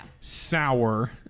sour